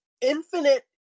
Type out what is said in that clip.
infinite